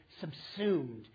subsumed